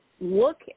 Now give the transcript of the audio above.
look